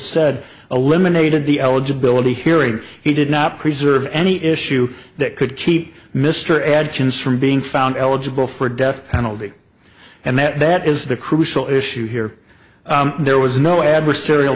said eliminated the eligibility hearing he did not preserve any issue that could keep mr adkins from being found eligible for death penalty and that that is the crucial issue here there was no adversarial